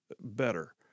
better